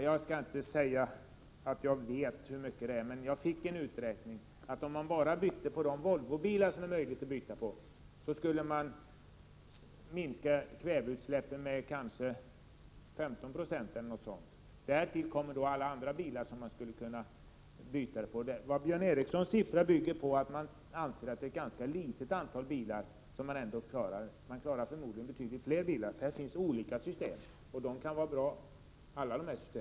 Jag skall inte påstå att jag vet hur mycket det är, men jag har fått en uppgift om en uträkning, att om man bara bytte avgassystem på de Volvobilar där det är möjligt så skulle man minska kväveutsläppen med kanske 15 96 eller någonting sådant. Därtill kommer alla andra bilar som man skulle kunna bygga om. Vad Björn Ericsons siffra bygger på är troligen uppskattningen att det är möjligt att bygga om ett ganska litet antal bilar, men man klarar förmodligen betydligt fler än så. Här finns nämligen olika system, och de kan alla vara bra.